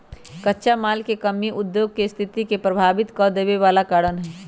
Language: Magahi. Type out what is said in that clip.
कच्चा माल के कमी उद्योग के सस्थिति के प्रभावित कदेवे बला कारण हई